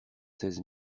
seize